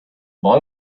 boy